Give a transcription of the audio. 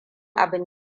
abin